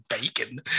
bacon